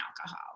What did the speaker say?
alcohol